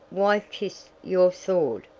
why kiss your sword?